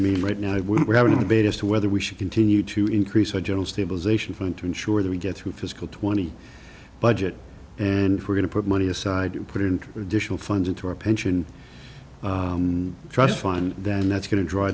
i mean right now we're having a debate as to whether we should continue to increase our general stabilization fund to ensure that we get through fiscal twenty budget and we're going to put money aside to put in traditional funds into a pension trust fund then that's going to draw